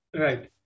Right